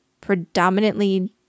predominantly